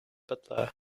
butler